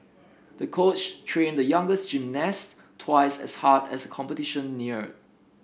the coach trained the youngest gymnast twice as hard as competition neared